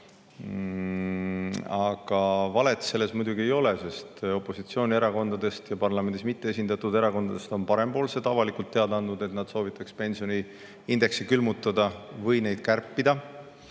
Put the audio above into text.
Aga valet siin muidugi ei ole, sest opositsioonierakondadest ja parlamendis mitteesindatud erakondadest on Parempoolsed avalikult teada andnud, et nad soovitaks pensioniindeksi külmutada või pensione kärpida.